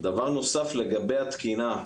דבר נוסף לגבי התקינה,